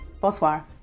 Bonsoir